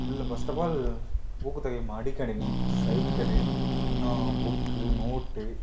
உள்ள first of all ஊக்கத்தொகை மடிக்கணினி சைக்கிளு இன்னும் புக்கு நோட்டு